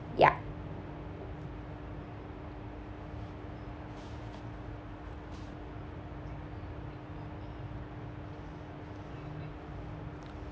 ya